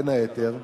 בין היתר,